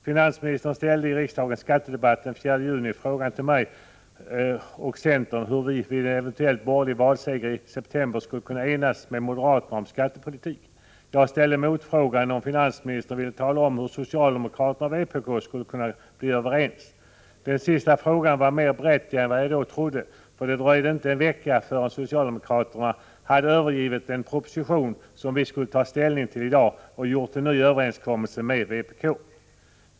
Finansministern ställde i riksdagens skattedebatt den 4 juni frågan till mig och centern hur vi vid en eventuell borgerlig valseger i september skulle kunna enas med moderaterna om skattepolitiken. Jag ställde motfrågan om finansministern ville tala om hur socialdemokraterna och vpk skulle kunna bli överens. Den sista frågan var mera berättigad än vad jag då trodde, för det dröjde inte en vecka förrän socialdemokraterna hade övergivit den proposition som vi skulle ta ställning till i dag och träffade en ny överenskommelse med vpk.